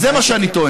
אז זה מה שאני טוען.